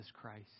Christ